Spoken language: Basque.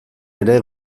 ere